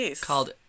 called